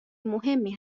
مهمی